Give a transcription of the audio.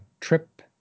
Trip